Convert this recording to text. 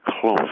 close